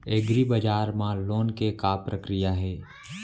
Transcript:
एग्रीबजार मा लोन के का प्रक्रिया हे?